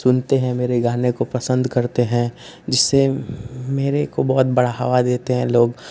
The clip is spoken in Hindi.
सुनते हैं मेरे गाने को पसन्द करते हैं जिससे मुझको बहुत बढ़ावा देते हैं लोग